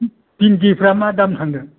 भिनदिफ्रा मा दाम थांदों